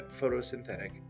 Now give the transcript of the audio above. photosynthetic